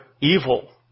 evil